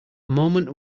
moment